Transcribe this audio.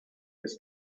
has